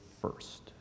first